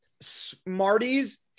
Smarties